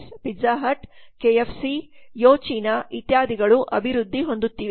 Donald Pizza Hut KFC yo ಚೀನಾYo Chinaಇತ್ಯಾದಿಗಳು ಅಭಿವೃದ್ಧಿ ಹೊಂದುತ್ತಿವೆ